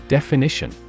Definition